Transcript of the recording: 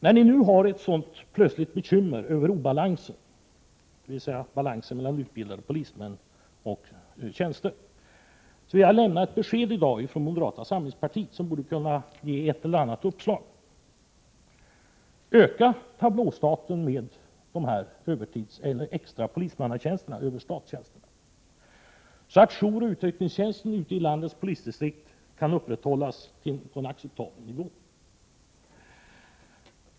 När ni nu plötsligt har ett sådant bekymmer för obalansen — med andra ord balansen mellan utbildade polismän och tjänster — vill jag i dag komma med ett råd från moderata samlingspartiet som borde kunna leda till ett eller annat uppslag: Öka tablåstaten med de extra polismannatjänsterna, ”överstattjänsterna”, så att jouroch utryckningstjänsten ute i landets polisdistrikt kan upprätthållas på en acceptabel nivå!